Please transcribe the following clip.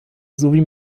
sowie